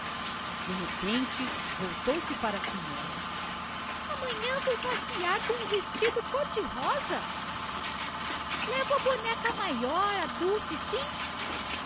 de repente voltou-se para a senhora amanhã vou passear com o vestido côr de rosa levo a boneca maior a dulce sim